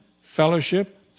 fellowship